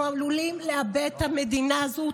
אנחנו עלולים לאבד את המדינה הזו,